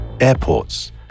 Airports